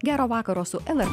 gero vakaro su lr